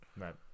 right